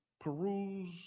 peruse